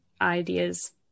ideas